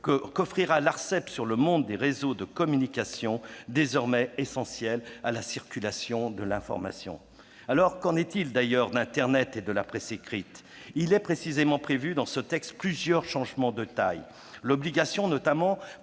offrira sur le monde des réseaux de communications, désormais essentiels à la circulation de l'information. Qu'en est-il, d'ailleurs, d'internet et de la presse écrite ? Il est précisément prévu, dans ce texte, plusieurs changements de taille. Les kiosques numériques